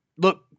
Look